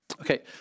Okay